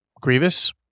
Grievous